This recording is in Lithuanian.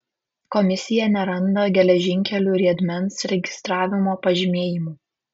komisija neranda geležinkelių riedmens registravimo pažymėjimų